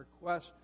request